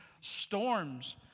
storms